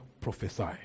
prophesy